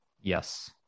Yes